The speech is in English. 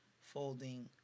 folding